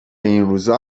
اینروزا